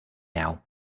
now